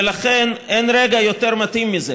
ולכן אין רגע יותר מתאים מזה,